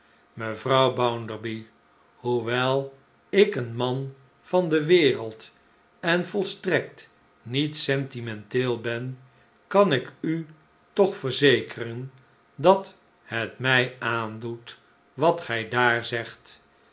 mevrouw bounderby hoewel ik een man van de wereld en volstrekt niet sentimenteel ben kan ik u toch verzekeren dat het mij aaridoet wat gij daar zegt